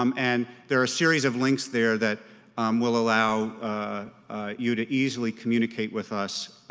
um and there are a series of links there that will allow you to easily communicate with us